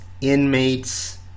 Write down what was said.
inmates